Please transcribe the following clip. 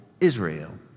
Israel